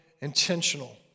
intentional